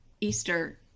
easter